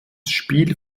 spiel